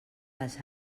les